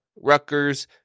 Rutgers